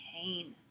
pain